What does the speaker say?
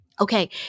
Okay